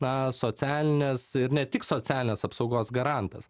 na socialinės ir ne tik socialinės apsaugos garantas